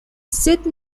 sed